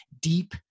deep